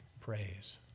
praise